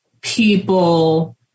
people